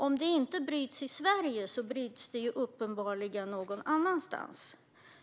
Om det inte bryts i Sverige bryts det uppenbarligen någon annanstans.